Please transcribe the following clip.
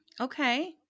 Okay